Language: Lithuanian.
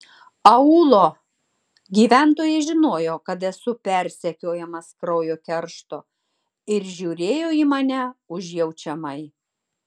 aūlo gyventojai žinojo kad esu persekiojamas kraujo keršto ir žiūrėjo į mane užjaučiamai